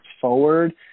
forward